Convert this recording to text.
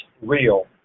real